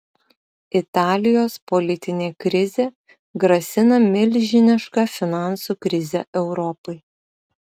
italijos politinė krizė grasina milžiniška finansų krize europai